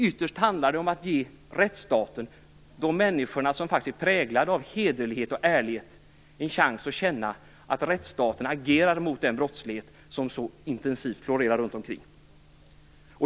Ytterst handlar det om att ge rättsstaten - de människor som faktiskt är präglade av hederlighet och ärlighet - en chans att känna att rättsstaten agerar mot den brottslighet som så intensivt florerar runt omkring.